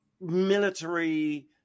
military